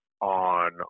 on